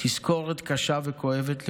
תזכורת קשה וכואבת לכולנו.